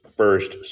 first